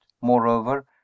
moreover